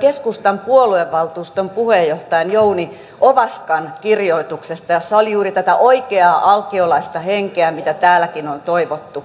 keskustan puoluevaltuuston puheenjohtajan jouni ovaskan kirjoituksesta jossa oli juuri tätä oikeaa alkiolaista henkeä mitä täälläkin on toivottu